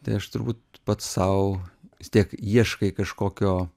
tai aš turbūt pats sau vis tiek ieškai kažkokio